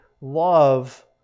love